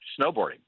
snowboarding